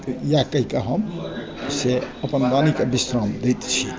इएह कहिकऽ हम से अपन वाणीके विश्राम दै छी